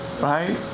right